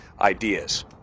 ideas